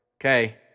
Okay